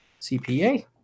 CPA